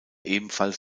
ebenfalls